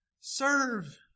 Serve